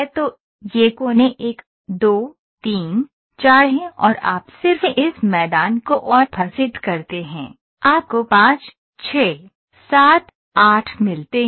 तो ये कोने 1 2 3 4 हैं और आप सिर्फ इस मैदान को ऑफसेट करते हैं आपको 5 6 7 8 मिलते हैं